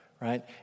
right